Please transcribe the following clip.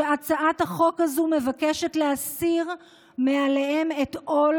שהצעת החוק הזו מבקשת להסיר מעליהם את עול